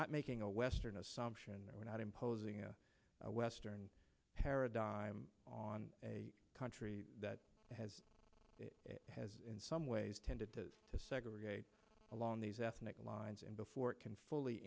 not making a western assumption we're not imposing a western paradigm on a country that has it has in some ways tended to segregate along these ethnic lines and before it can fully